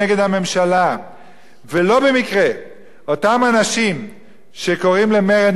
לא במקרה אותם אנשים שקוראים למרד נגד הממשלה הם אותם